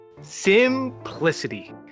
Simplicity